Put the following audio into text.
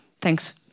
Thanks